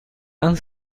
han